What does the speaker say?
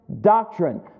doctrine